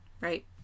Right